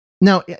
now